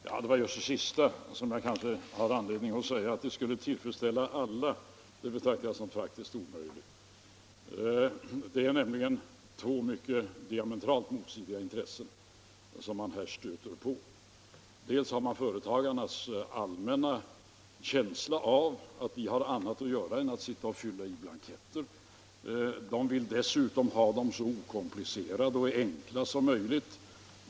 Fru talman! Herr Träffs sista förhoppning om en lösning som skulle tillfredsställa alla är väl praktiskt taget omöjlig att infria. Det är nämligen två diametralt motstridiga intressen som man här stöter på. Först har man företagarnas allmänna känsla av att de har annat att göra än att sitta och fylla i blanketter. De vill dessutom ha dem så okomplicerade och enkla som möjligt.